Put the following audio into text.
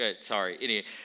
sorry